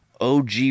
OG